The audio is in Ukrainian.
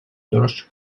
дорожче